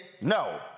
no